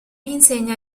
insegna